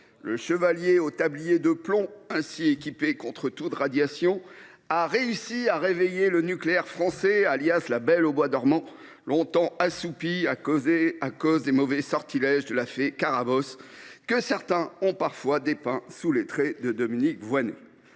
le chevalier au tablier de plomb, ainsi équipé contre toute radiation, a réussi à réveiller le nucléaire français, la Belle au bois dormant, longtemps assoupie à cause des mauvais sortilèges de la fée Carabosse, que certains ont parfois dépeinte sous les traits de Dominique Voynet.